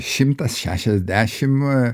šimtas šešiasdešimt